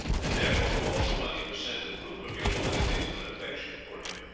and therefore calls upon you to send, in proof of your loyalty to and affection for him,